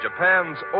Japan's